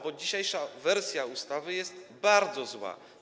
Bo dzisiejsza wersja ustawy jest bardzo zła.